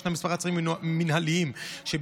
ישנם כמה עצירים מינהליים שבעניינם